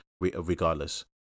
regardless